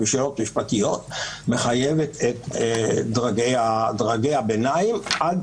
בשאלות משפטיות מחייבת את דרגי הביניים עד